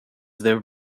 their